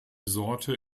sorte